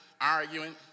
arguing